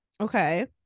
Okay